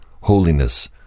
holiness